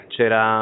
C'era